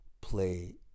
play